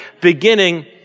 beginning